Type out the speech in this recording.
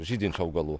žydinčių augalų